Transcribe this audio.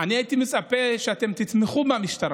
ארוכה של מחמאות לעד כמה הממשלה